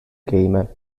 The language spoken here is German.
gamer